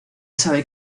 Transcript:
sabe